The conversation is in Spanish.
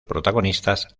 protagonistas